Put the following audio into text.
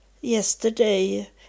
yesterday